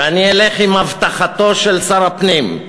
ואני אלך עם הבטחתו של שר הפנים,